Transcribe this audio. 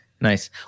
Nice